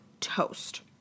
TOAST